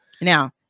now